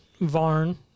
Varn